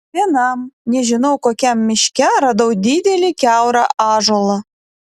vienam nežinau kokiam miške radau didelį kiaurą ąžuolą